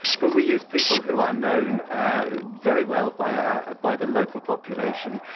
but we use people who are known very well by our by the local population.